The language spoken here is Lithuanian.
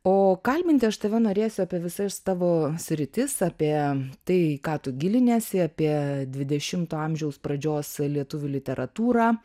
o kalbinti aš tave norėsiu apie visas tavo sritis apie tai į ką tu giliniesi apie dvidešimto amžiaus pradžios lietuvių literatūrą